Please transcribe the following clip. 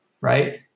right